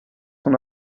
son